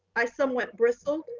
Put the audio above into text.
i somewhat bristle.